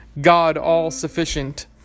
God-all-sufficient